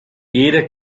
jeder